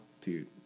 Dude